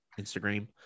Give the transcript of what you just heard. Instagram